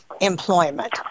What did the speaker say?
employment